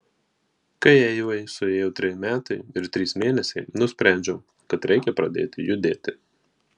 kai eivai suėjo treji metai ir trys mėnesiai nusprendžiau kad reikia pradėti judėti